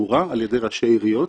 על ידי ראשי העיריות,